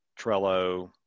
Trello